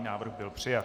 Návrh byl přijat.